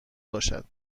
باشد